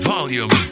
Volume